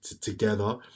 together